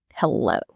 hello